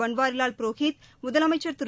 பன்வாரிலால் புரோஹித் முதலமைச்சர் திரு